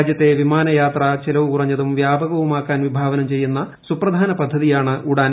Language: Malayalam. രാജ്യത്തെ വിമാന യാത്ര ചെലവ് കുറഞ്ഞതും വ്യാപകവുമാക്കാൻ വിഭാവനം ചെയ്യുന്ന സുപ്രധാന പദ്ധതിയാണ് ഉഡാൻ